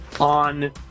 on